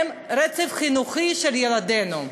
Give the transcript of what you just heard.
הן ברצף החינוכי של ילדינו.